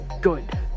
good